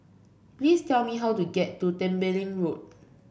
please tell me how to get to Tembeling Road